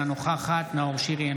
אינה נוכחת נאור שירי,